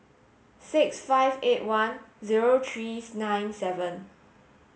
six five eight one zero three nine seven